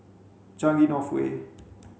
Changi North Way